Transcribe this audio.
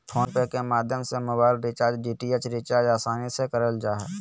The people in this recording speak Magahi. फ़ोन पे के माध्यम से मोबाइल रिचार्ज, डी.टी.एच रिचार्ज आसानी से करल जा हय